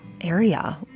area